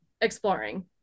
exploring